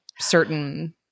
certain